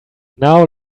now